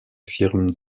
firmes